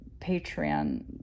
Patreon